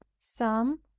some,